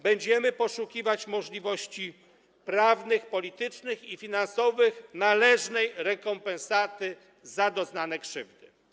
Będziemy poszukiwać możliwości prawnych, politycznych i finansowych należnej rekompensaty za doznane krzywdy.